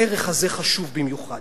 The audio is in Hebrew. הערך הזה חשוב במיוחד?